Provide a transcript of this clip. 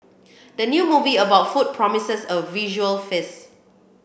the new movie about food promises a visual face